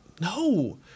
no